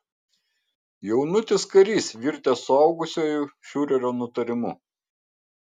jaunutis karys virtęs suaugusiuoju fiurerio nutarimu